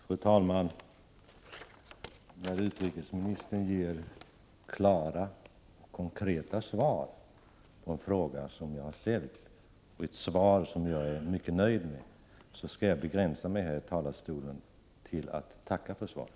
Fru talman! Utrikesministern ger ett klart, konkret svar på den fråga jag har ställt, och jag är mycket nöjd med svaret. Jag skall därför begränsa mig till att här i talarstolen tacka för svaret.